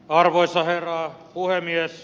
arvoisa herra puhemies